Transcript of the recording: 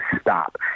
stop